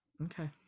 Okay